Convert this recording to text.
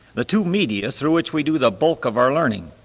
the two media through which we do the bulk of our learning.